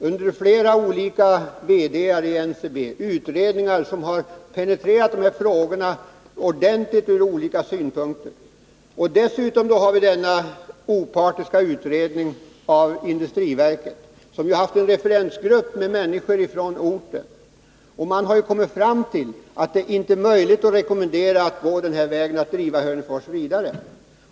Under flera olika verkställande direktörer i NCB har utredningar penetrerat de här frågorna ordentligt och ur olika synpunkter. Dessutom har den opartiska utredningen av statens industriverk, som haft en referensgrupp bestående av människor från orten, kommit fram till att det inte är möjligt att rekommendera att Hörnefors skall drivas vidare.